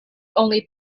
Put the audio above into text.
only